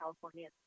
California